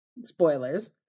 spoilers